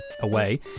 away